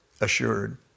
assured